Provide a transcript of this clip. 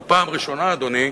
זו פעם ראשונה, אדוני,